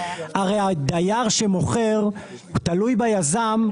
הרי הדייר שמוכר תלוי ביזם.